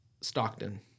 Stockton